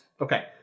Okay